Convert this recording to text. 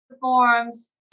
forms